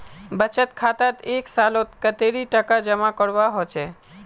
बचत खातात एक सालोत कतेरी टका जमा करवा होचए?